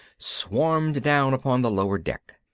swarmed down upon the lower deck.